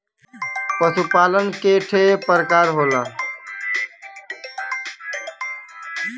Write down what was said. पशु पालन के ठे परकार होला